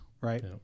right